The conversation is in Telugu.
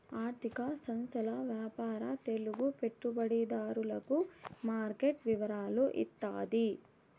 ఆర్థిక సంస్థల వ్యాపార తెలుగు పెట్టుబడిదారులకు మార్కెట్ వివరాలు ఇత్తాది